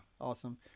awesome